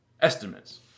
estimates